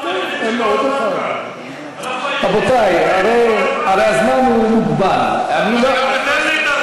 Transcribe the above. פשוט אנחנו היחידים שכל הזמן נמצאים כאן.